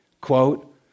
Quote